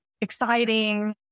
exciting